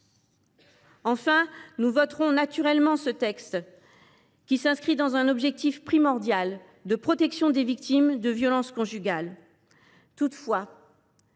criant. Nous voterons naturellement en faveur de ce texte, qui s’inscrit dans l’objectif primordial de protection des victimes de violences conjugales. Toutefois,